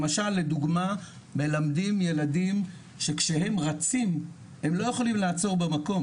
למשל לדוגמה מלמדים ילדים שכשהם רצים הם לא יכולים לעצור במקום,